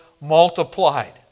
multiplied